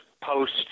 post